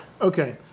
Okay